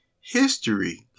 History